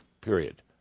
period